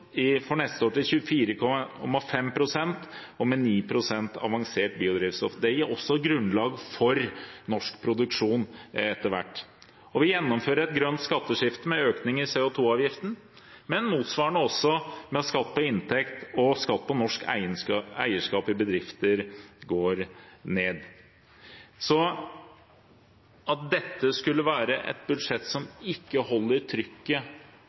for neste år til 24,5 pst og med 9 pst. avansert biodrivstoff. Det gir også grunnlag for norsk produksjon etter hvert. Vi gjennomfører et grønt skatteskift med en økning i CO 2 -avgiften, men motsvarende med at skatt på inntekt og skatt på norsk eierskap i bedrifter går ned. Så at dette skulle være et budsjett som ikke holder trykket